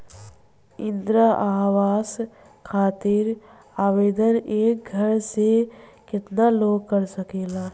इंद्रा आवास खातिर आवेदन एक घर से केतना लोग कर सकेला?